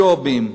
ג'ובים.